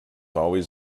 always